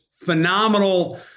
phenomenal